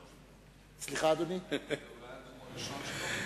זה הנאום הראשון שלו?